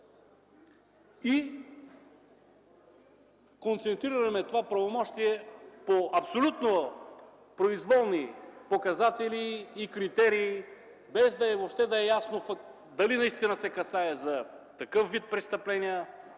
се концентрира това правомощие по абсолютно произволни показатели и критерии, без въобще да е ясно дали наистина се касае за такъв вид престъпление,